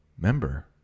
member